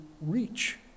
reach